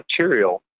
material